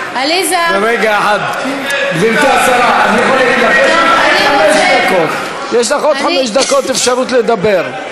גברתי השרה, יש לך עוד חמש דקות אפשרות לדבר.